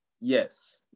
Yes